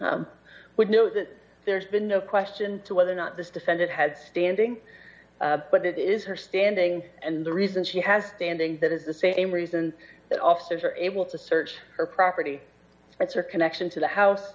issue would know that there's been no question to whether or not this defendant had standing but it is her standing and the reason she has standing that is the same reason that officers are able to search her property rights her connection to the house